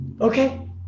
okay